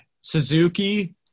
Suzuki